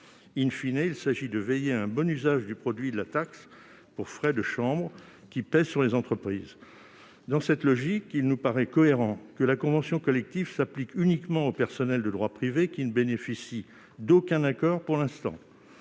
il s'agit de veiller au bon usage du produit de la taxe pour frais de chambre de commerce et d'industrie qui pèse sur les entreprises. Dans cette logique, il nous paraît cohérent que la convention collective s'applique uniquement au personnel de droit privé qui ne bénéficie d'aucun accord pour l'instant.